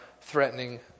threatening